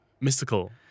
mystical